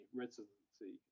residency